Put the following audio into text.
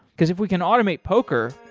because if we can automate poker,